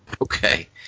Okay